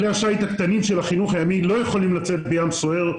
כלי השיט קטנים של החינוך הימי לא יכולים לצאת בים סוער,